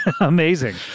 Amazing